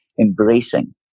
embracing